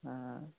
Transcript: ᱦᱮᱸᱻ